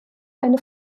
eine